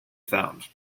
found